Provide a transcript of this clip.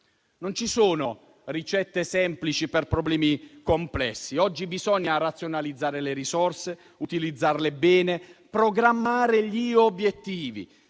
Non ci sono ricette semplici per problemi complessi. Oggi bisogna razionalizzare le risorse, utilizzarle bene, programmare gli obiettivi,